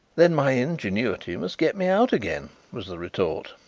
then my ingenuity must get me out again, was the retort.